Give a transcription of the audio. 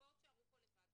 יש פה גם עניין של הגינות.